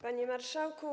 Panie Marszałku!